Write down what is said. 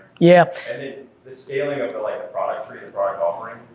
yeah the staling of the like productry and product offering,